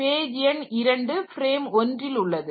page எண் 2 frame 1 ல் உள்ளது